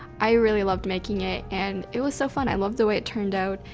i really loved making it, and it was so fun, i loved the way it turned out,